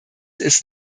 ist